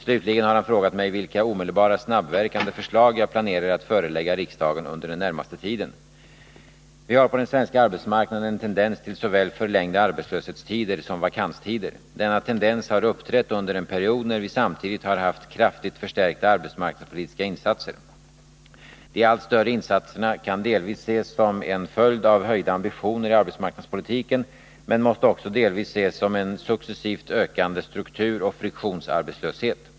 Slutligen har han frågat mig vilka omedelbara snabbverkande förslag jag planerar att förelägga riksdagen under den närmaste tiden. Vi har på den svenska arbetsmarknaden en tendens till förlängda såväl arbetslöshetstider som vakanstider. Denna tendens har uppträtt under en period när vi samtidigt har haft kraftigt förstärkta arbetsmarknadspolitiska insatser. De allt större insatserna kan delvis ses som en följd av höjda ambitioner i arbetsmarknadspolitiken men måste också delvis ses som en successivt ökande strukturoch friktionsarbetslöshet.